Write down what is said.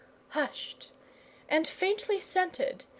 hushed and faintly scented,